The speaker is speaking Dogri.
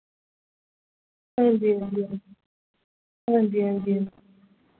हांजी हांजी हांजी हांजी हांजी हांजी